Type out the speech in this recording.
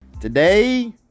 Today